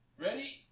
Ready